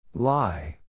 Lie